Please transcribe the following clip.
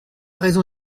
raison